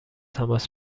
تماس